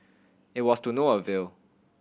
it was to no avail